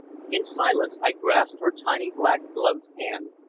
in silence i grasped her tiny black-gloved hand,